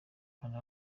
kanda